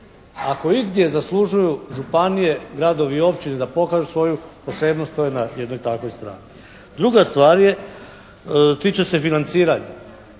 Ako igdje zaslužuju županije, gradovi i općine da pokažu svoju posebnost to je na jednoj takvoj strani. Druga stvar je tiče se financiranja.